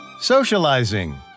socializing